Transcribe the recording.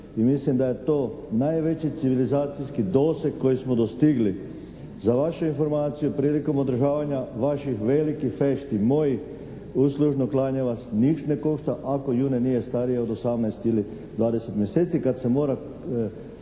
mislim da je to najveći civilizacijski doseg koji smo dostigli. Za vašu informaciju prilikom održavanja vaših velikih fešti, mojih, uslužno klanje vas niš ne košta ako june nije starije od 18 ili 20 mjeseci,